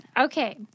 Okay